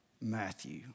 Matthew